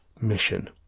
mission